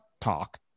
talk